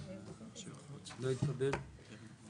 הצבעה לא התקבל.